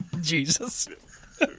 jesus